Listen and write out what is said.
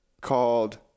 called